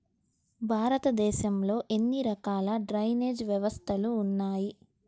భారతదేశంలో ఎన్ని రకాల డ్రైనేజ్ వ్యవస్థలు ఉన్నాయి?